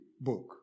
book